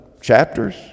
chapters